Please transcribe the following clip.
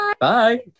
Bye